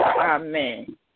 amen